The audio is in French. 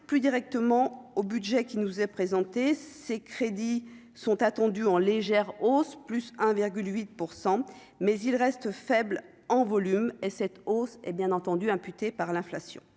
plus directement au budget qui nous est présenté ces crédits sont attendus en légère hausse, plus 1 virgule 8 pour % mais il reste faible en volume et cette hausse est bien entendu imputer par l'inflation,